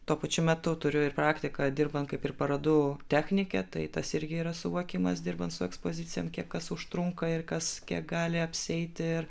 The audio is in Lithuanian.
tuo pačiu metu turiu ir praktiką dirbant kaip ir parodų technike tai tas irgi yra suvokimas dirbant su ekspozicijom kas užtrunka ir kas kiek gali apsieiti ir